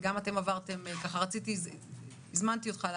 הזמנתי אותך,